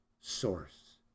source